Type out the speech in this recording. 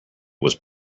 was